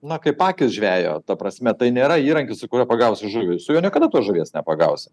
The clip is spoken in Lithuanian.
na kaip akys žvejo ta prasme tai nėra įrankis su kuriuo pagausi žuvį su ja niekada tos žuvies nepagausi